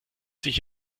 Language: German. sich